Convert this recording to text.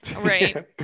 Right